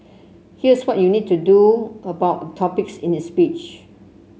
here's what you need to about topics in this speech